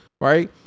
right